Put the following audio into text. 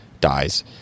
dies